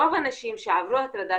רוב הנשים שעברו הטרדה,